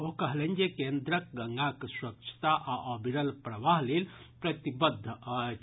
ओ कहलनि जे केन्द्र गंगाक स्वच्छता आ अविरल प्रवाह लेल प्रतिबद्ध अछि